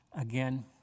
again